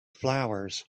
flowers